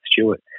Stewart